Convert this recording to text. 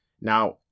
Now